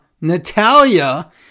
Natalia